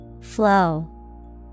Flow